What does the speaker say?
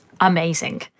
amazing